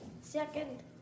Second